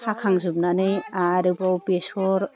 हाखांजोबनानै आरोबाव बेसर